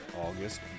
August